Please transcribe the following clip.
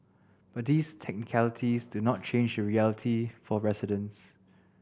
but these technicalities do not change the reality for residents